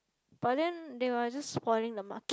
but then they was just wearing the mask